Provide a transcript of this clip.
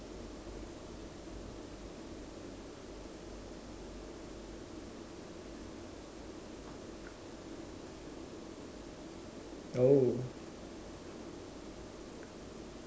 oh